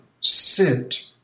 Sit